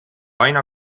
aina